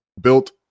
built